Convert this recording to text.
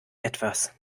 etwas